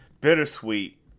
bittersweet